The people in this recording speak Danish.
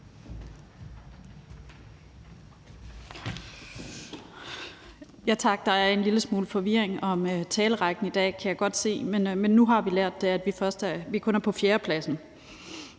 Tak. Der er en lille smule forvirring om talerrækken i dag, kan jeg godt se, men nu har vi lært, at vi kun er på fjerdepladsen.